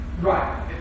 Right